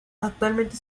actualmente